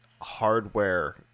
hardware